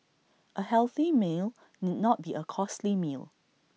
A healthy meal need not be A costly meal